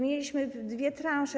Mieliśmy dwie transze.